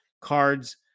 cards